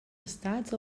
estats